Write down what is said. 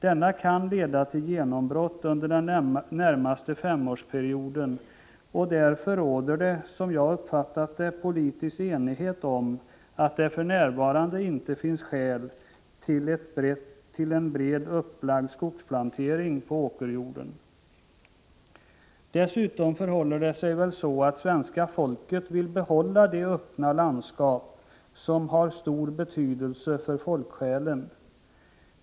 Denna forskning kan leda till genombrott under den närmaste femårsperioden, och därför råder det, som jag uppfattat saken, politisk enighet om att det för närvarande inte finns skäl till en brett upplagd skogsplantering på åkerjorden. Dessutom förhåller det sig väl så att svenska folket vill behålla de öppna landskapen, som har stor betydelse för folksjälen.